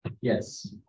Yes